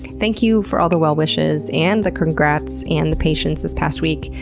thank you for all the well wishes and the congrats and the patience this past week.